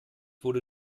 wurde